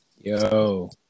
Yo